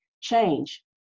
change